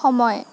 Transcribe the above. সময়